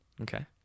Okay